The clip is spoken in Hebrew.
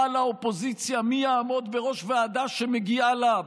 לאופוזיציה מי יעמוד בראש ועדה שמגיעה לה,